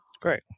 Great